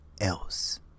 else